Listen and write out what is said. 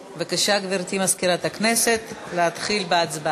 בבקשה, גברתי מזכירת הכנסת, להתחיל בהצבעה.